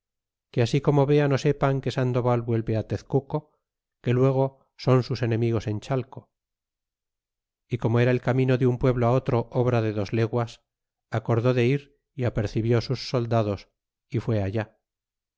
que ansi como vean ó sepan que sandoval vuelve tezcuco que luego son sus ene migos en chalco y como era el camino de un pueblo otro obra de dos leguas acordó de ir y apercibió sus soldados y fijé allá